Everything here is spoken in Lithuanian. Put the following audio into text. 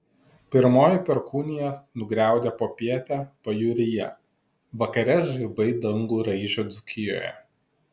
pirmoji perkūnija nugriaudė popietę pajūryje vakare žaibai dangų raižė dzūkijoje